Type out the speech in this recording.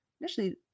initially